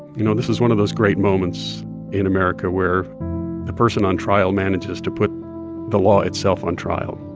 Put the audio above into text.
you know, this is one of those great moments in america where the person on trial manages to put the law itself on trial.